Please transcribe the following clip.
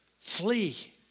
flee